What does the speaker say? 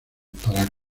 para